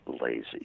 lazy